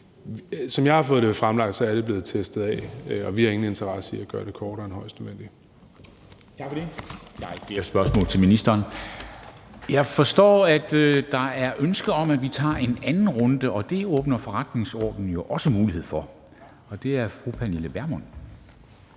Som jeg har fået det fremlagt, er det blevet testet af, og vi har ingen interesse i at gøre det kortere end højst nødvendigt.